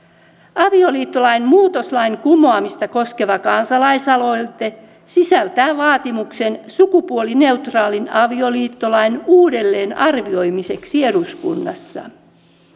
avioliittolain muutoslain kumoamista koskeva kansalaisaloite sisältää vaatimuksen sukupuolineutraalin avioliittolain uudelleenarvioimiseksi eduskunnassa